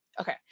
Okay